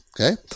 Okay